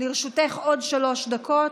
לרשותך עד שלוש דקות.